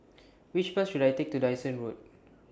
Which Bus should I Take to Dyson Road